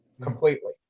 completely